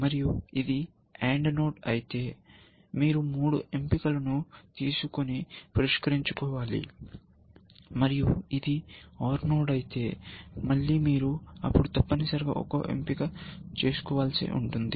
మరియు ఇది AND node అయితే మీరు మూడు ఎంపికలను తీసుకొని పరిష్కరించుకోవాలి మరియు ఇది OR నోడ్ అయితే మళ్ళీ మీరు అప్పుడు తప్పనిసరిగా ఒక ఎంపిక చేసుకోవాల్సి ఉంటుంది